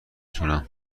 تونم